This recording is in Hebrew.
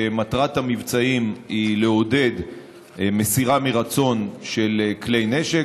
שמטרת המבצעים היא לעודד מסירה מרצון של כלי נשק.